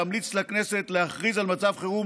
להמליץ לכנסת להכריז על מצב חירום